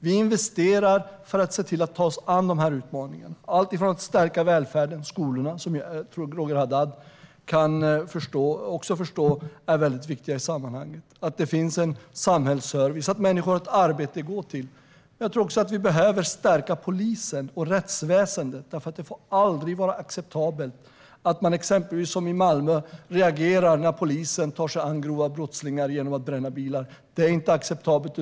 Vi investerar för att se till att ta oss an utmaningarna. Det handlar om att stärka välfärden och skolorna. Det är något som jag tror att Roger Haddad kan förstå är väldigt viktigt i sammanhanget. Det handlar om att det finns en samhällsservice och att människor har ett arbete att gå till. Jag tror också att vi behöver stärka polisen och rättsväsendet. Det får aldrig vara acceptabelt att man exempelvis som i Malmö reagerar genom att bränna bilar när polisen tar sig an grova brottslingar. Det är inte acceptabelt.